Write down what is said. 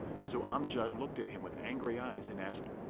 so amjad looked at him with angry eyes and asked,